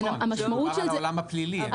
מדובר על העולם הפלילי.